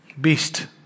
Beast